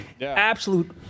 absolute